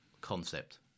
concept